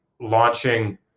launching